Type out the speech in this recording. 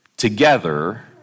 Together